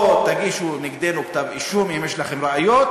או שתגישו נגדנו כתב-אישום, אם יש לכם ראיות,